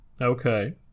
okay